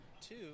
two